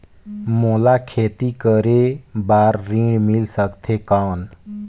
मोला खेती करे बार ऋण मिल सकथे कौन?